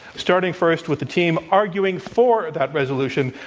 starting first with the team arguing for that resolution.